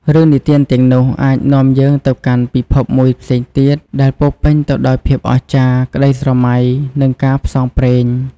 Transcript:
រឿងនិទានទាំងនោះអាចនាំយើងទៅកាន់ពិភពមួយផ្សេងទៀត ដែលពោរពេញទៅដោយភាពអស្ចារ្យ ក្ដីស្រមៃ និងការផ្សងព្រេង។